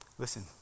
Listen